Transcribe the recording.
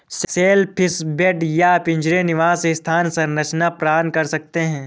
shellfish bed या पिंजरे निवास स्थान संरचना प्रदान कर सकते हैं